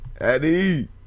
Eddie